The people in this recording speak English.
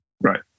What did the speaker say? right